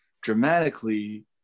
dramatically